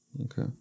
Okay